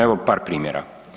Evo par primjer.